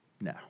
No